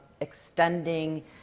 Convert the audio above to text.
extending